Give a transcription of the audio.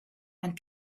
and